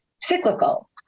cyclical